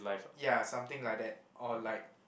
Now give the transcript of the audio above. ya something like that or like